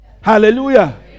Hallelujah